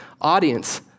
audience